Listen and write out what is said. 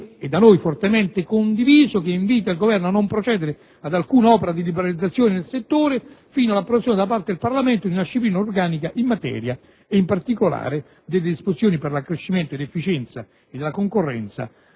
e da noi fortemente condiviso, che invita il Governo a non procedere ad alcuna opera di liberalizzazione nel settore fino all'approvazione da parte del Parlamento di una disciplina organica in materia e in particolare delle disposizioni per l'accrescimento dell'efficienza e della concorrenza,